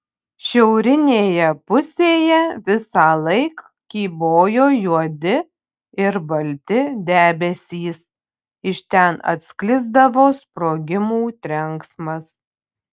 šiaurinėje pusėje visąlaik kybojo juodi ir balti debesys iš ten atsklisdavo sprogimų trenksmas